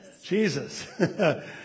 Jesus